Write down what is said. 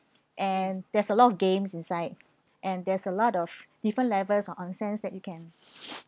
and there's a lot of games inside and there is a lot of different levels of onsen that you can